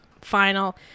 final